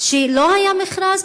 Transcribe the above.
לא היה מכרז,